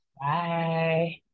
Bye